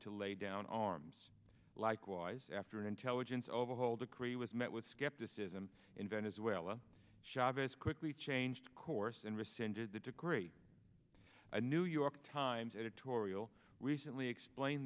to lay down arms likewise after an intelligence overhaul decree was met with skepticism in venezuela chavez quickly changed course and rescinded the decree a new york times editorial recently explain